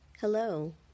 Hello